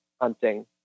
hunting